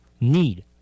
need